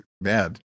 bad